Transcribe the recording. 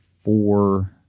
four